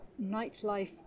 nightlife